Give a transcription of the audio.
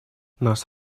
нас